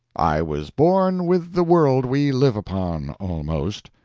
i was born with the world we live upon, almost.